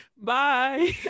bye